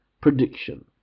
Prediction